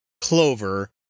clover